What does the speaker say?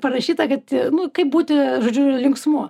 parašyta kad nu kaip būti žodžiu linksmu